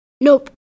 Nope